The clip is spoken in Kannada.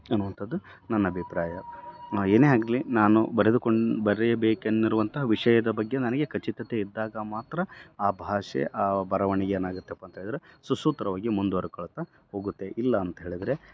ಅನ್ನುವಂಥದ್ ನನ್ನ ಅಭಿಪ್ರಾಯ ಏನೇ ಆಗಲಿ ನಾನು ಬರೆದುಕೊಂಡು ಬರೆಯ ಬೇಕೆನ್ನಿಸುವಂಥ ವಿಷಯದ ಬಗ್ಗೆ ನನಗೆ ಖಚಿತತೆ ಇದ್ದಾಗ ಮಾತ್ರ ಆ ಭಾಷೆ ಆ ಬರವಣಿಗೆ ಏನಾಗತ್ತಪ್ಪ ಅಂತೆಳಿದ್ರೆ ಸುಸೂತ್ರವಾಗಿ ಮುಂದುವರ್ಕೊಳ್ತಾ ಹೋಗುತ್ತೆ ಇಲ್ಲ ಅಂತ್ಹೇಳಿದ್ರೆ